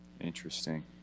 Interesting